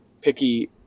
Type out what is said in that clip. picky